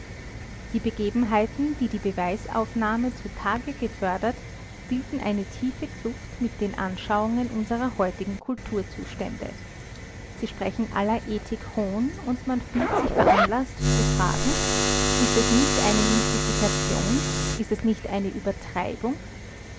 die begebenheiten die die beweisaufnahme zutage gefördert bilden eine tiefe kluft mit den anschauungen unserer heutigen kulturzustände sie sprechen aller ethik hohn und man fühlt sich veranlaßt zu fragen ist es nicht eine mystifikation ist es nicht eine übertreibung